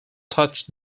touch